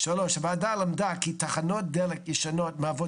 הוועדה למדה כי תחנות דלק ישנות מהוות